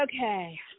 Okay